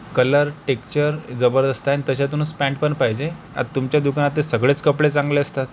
colour texture जबरदस्त आहे आणि तश्यातूनच पॅन्टपण पाहिजे आता तुमच्या दुकानात तर सगळेच कपडे चांगले असतात